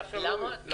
למה?